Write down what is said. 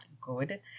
good